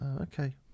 Okay